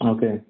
Okay